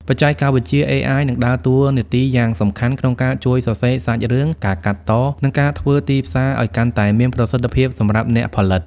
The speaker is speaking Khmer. បច្ចេកវិទ្យា AI នឹងដើរតួនាទីយ៉ាងសំខាន់ក្នុងការជួយសរសេរសាច់រឿង ការកាត់ត និងការធ្វើទីផ្សារឱ្យកាន់តែមានប្រសិទ្ធភាពសម្រាប់អ្នកផលិត។